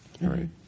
right